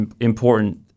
important